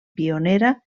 pionera